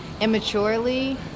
immaturely